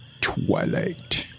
Twilight